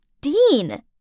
Dean